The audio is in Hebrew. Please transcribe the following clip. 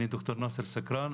אני ד"ר נאסר סקרן,